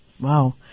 Wow